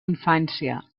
infància